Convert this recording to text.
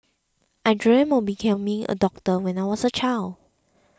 I dreamt of becoming a doctor when I was a child